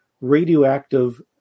radioactive